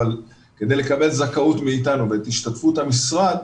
אבל כדי לקבל זכאות מאיתנו ואת השתתפות המשרד,